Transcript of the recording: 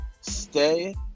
Stay